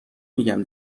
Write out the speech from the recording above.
میگم